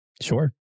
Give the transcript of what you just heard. Sure